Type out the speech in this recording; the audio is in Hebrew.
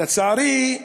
לצערי,